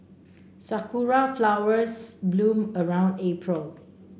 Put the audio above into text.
sakura flowers bloom around April